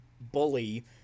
bully